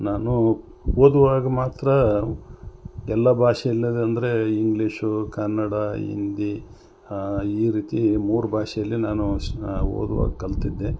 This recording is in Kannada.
ನಾನು ಓದುವಾಗ್ ಮಾತ್ರ ಎಲ್ಲ ಭಾಷೆ ಎಲ್ಲದಂದರೆ ಇಂಗ್ಲೀಷು ಕನ್ನಡ ಹಿಂದಿ ಈ ರೀತಿ ಮೂರು ಭಾಷೆಯಲ್ಲಿ ನಾನು ಓದುವಾಗ್ ಕಲಿತಿದ್ದೆ